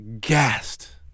Gassed